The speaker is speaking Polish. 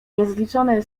niezliczone